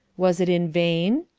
was it in vain?